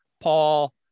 Paul